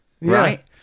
Right